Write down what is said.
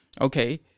Okay